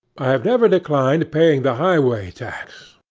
i have never declined paying the highway tax,